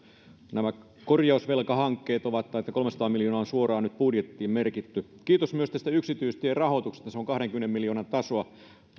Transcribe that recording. nämä korjausvelkahankkeet ovat tai että kolmesataa miljoonaa on suoraan nyt budjettiin merkitty kiitos myös tästä yksityistierahoituksesta se on kahdenkymmenen miljoonan tasoa